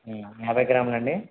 యాభై గ్రాముల అండి